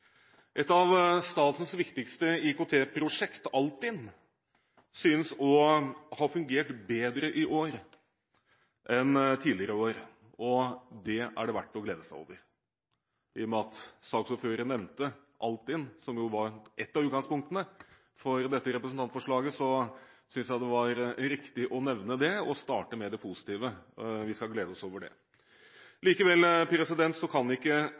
Et av statens viktigste IKT-prosjekter, Altinn, synes å ha fungert bedre i år enn tidligere år. Det er det verdt å glede seg over. I og med at saksordføreren nevnte Altinn, som jo var et av utgangspunktene for dette representantforslaget, synes jeg det er riktig å nevne det – og starte med det positive. Vi skal glede oss over det. Likevel kan ikke